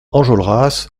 enjolras